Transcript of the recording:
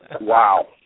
Wow